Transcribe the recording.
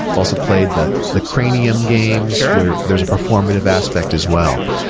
i've also played the the cranium games, where there's a performative aspect as well.